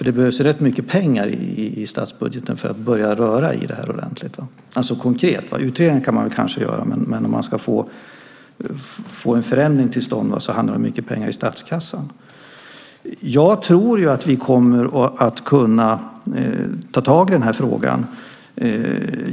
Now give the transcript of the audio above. Det behövs rätt mycket pengar i statsbudgeten för att börja röra i det här ordentligt och konkret. Utreda kan man kanske göra, men om man ska få en förändring till stånd handlar det om mycket pengar i statskassan. Jag tror att vi kommer att kunna ta tag i den här frågan.